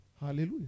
Hallelujah